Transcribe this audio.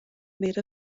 made